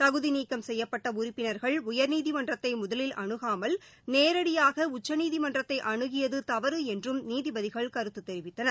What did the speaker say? தகுதிநீக்கம் செய்யப்பட்ட உறுப்பினர்கள் உயர்நீதிமன்றத்தை முதலில் அனுகாமல் நேரடியாக உச்சநீதிமன்றத்தை அனுகியது தவறு என்றும் நீதிபதிகள் கருத்து தெரிவித்தனர்